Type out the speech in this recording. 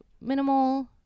minimal